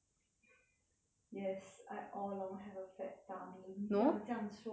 yes I all along have a fat tummy 你需要这样说吗大姐